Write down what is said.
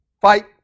fight